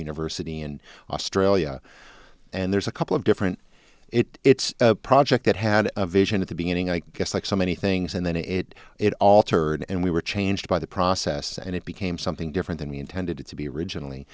university in australia and there's a couple of different it it's a project that had a vision at the beginning i guess like so many things and then it it altered and we were changed by the process and it became something different than we intended it to be originally